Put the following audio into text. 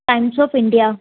times of India